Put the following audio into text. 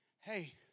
hey